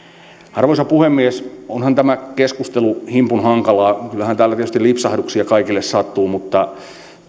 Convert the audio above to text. arvoisa puhemies onhan tämä keskustelu himpun hankalaa kyllähän täällä tietysti lipsahduksia kaikille sattuu mutta